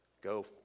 Go